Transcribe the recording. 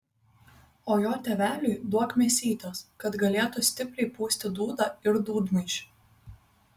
o jo tėveliui duok mėsytės kad galėtų stipriai pūsti dūdą ir dūdmaišį